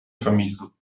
vermiesen